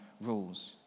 rules